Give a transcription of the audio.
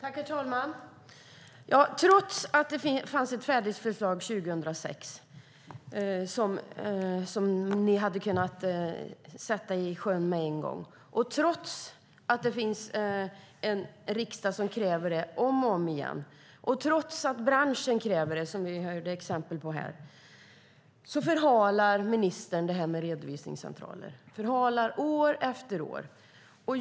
Herr talman! Trots att det fanns ett färdigt förslag 2006 som regeringen hade kunnat sätta i sjön med en gång, och trots att det finns en riksdag som om och om igen kräver det, och trots att branschen kräver det, vilket vi hörde exempel på, förhalar ministern detta med redovisningscentraler, förhalar år efter år.